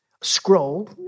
scroll